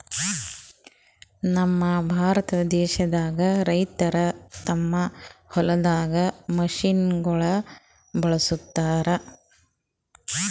ನಮ್ ಭಾರತ ದೇಶದಾಗ್ ರೈತರ್ ತಮ್ಮ್ ಹೊಲ್ದಾಗ್ ಮಷಿನಗೋಳ್ ಬಳಸುಗತ್ತರ್